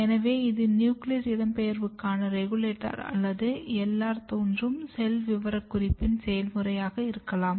எனவே இது நியூக்ளியஸ் இடம்பெயர்வுக்கான ரெகுலேட்டர் அல்லது LR தோன்றும் செல் விவரக்குறிப்பின் செயல்முறையாக இருக்கலாம்